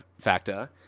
factor